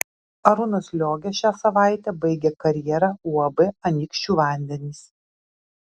arūnas liogė šią savaitę baigė karjerą uab anykščių vandenys